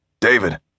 David